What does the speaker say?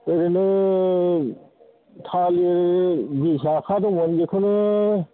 ओरैनो थालिर बिस आखा दंमोन बेखौनो